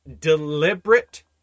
deliberate